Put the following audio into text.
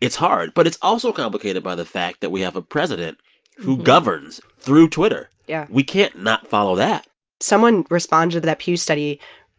it's hard. but it's also complicated by the fact that we have a president who governs through twitter yeah we can't not follow that someone responded to that pew study